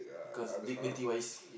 because dignity wise